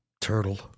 turtle